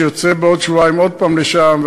שיוצא בעוד שבועיים עוד הפעם לשם,